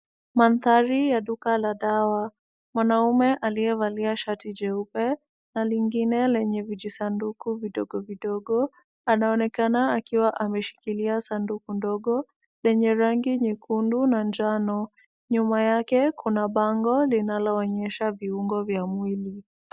Mandhari ya duka la dawa. Mwanaume aliyevalia shati jeupe na lingine lenye vijisaduku vidogo vidogo, anaonekana akiwa ameshikilia sanduku ndogo lenye rangi nyekundu na njano. Nyuma yake kuna bango linaloonyesha viungo vya mwili.